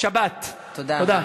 שבת." תודה.